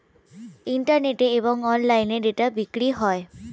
ইন্টারনেটে এবং অফলাইনে ডেটা বিক্রি হয়